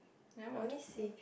never watch also